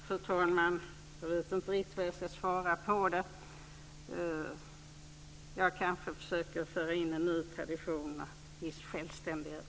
Fru talman! Jag vet inte riktigt vad jag ska svara på det. Jag kanske försöker föra in en ny tradition av viss självständighet.